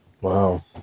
Wow